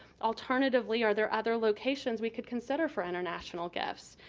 alternatively, are there other locations we could consider for international gifts?